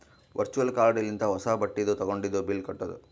virtual card ಲಿಂತ ಹೊಸಾ ಬಟ್ಟಿದು ತಗೊಂಡಿದು ಬಿಲ್ ಕಟ್ಟುದ್